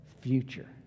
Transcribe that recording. future